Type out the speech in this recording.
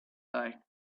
day